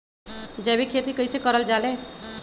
जैविक खेती कई से करल जाले?